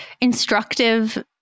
instructive